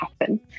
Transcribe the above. happen